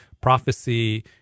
prophecy